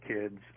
kids